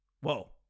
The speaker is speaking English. Whoa